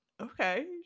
Okay